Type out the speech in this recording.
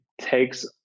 takes